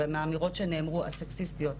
מהאמירות שנאמרו הסקסיסטיות,